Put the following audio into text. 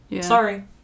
Sorry